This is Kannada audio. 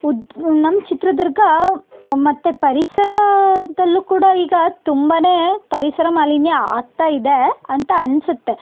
ಉದ್ ನಮ್ಮ ಚಿತ್ರದುರ್ಗ ಮತ್ತು ಪರಿಸರದಲ್ಲೂ ಕೂಡ ಈಗ ತುಂಬಾ ಪರಿಸರ ಮಾಲಿನ್ಯ ಆಗ್ತಾ ಇದೆ ಅಂತ ಅನಿಸುತ್ತೆ